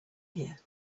here